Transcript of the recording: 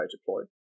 deploy